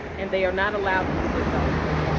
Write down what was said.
and they are not allowed to use their cell phones.